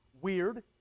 weird